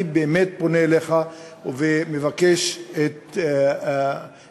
אני באמת פונה אליך ומבקש את האנרגיה,